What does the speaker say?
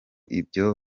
ibyo